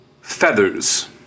feathers